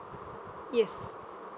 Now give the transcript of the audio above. yes